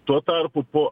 tuo tarpu po